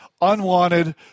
unwanted